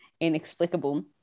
inexplicable